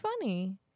funny